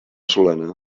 solana